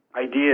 ideas